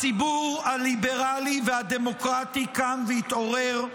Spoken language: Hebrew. הציבור הליברלי והדמוקרטי קם והתעורר.